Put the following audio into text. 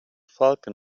falcon